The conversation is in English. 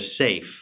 safe